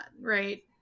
right